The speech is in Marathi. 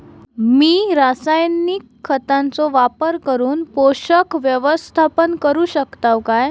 मी रासायनिक खतांचो वापर करून पोषक व्यवस्थापन करू शकताव काय?